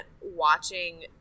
watching